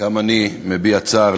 גם אני מביע צער,